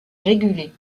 régulé